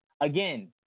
Again